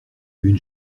une